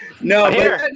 No